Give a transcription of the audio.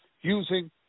using